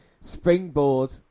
springboard